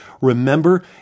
Remember